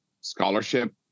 scholarship